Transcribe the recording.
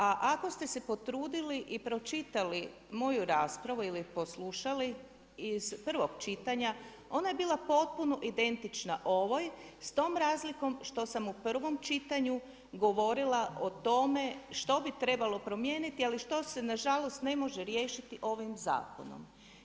A ako ste se potrudili i pročitali moju raspravu ili poslušali iz prvog čitanja, ona je bila potpuna identična ovoj, s tom razlikom što sam u prvom čitanju govorila o tome što bi trebalo promijeniti, ali što se nažalost ne može riješiti ovim zakonom.